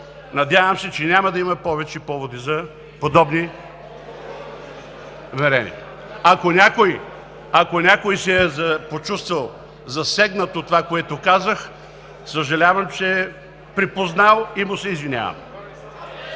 Надявам се, че няма да има повече поводи за подобни думи. Ако някой се е почувствал засегнат от това, което казах, съжалявам, че се е припознал и му се извинявам.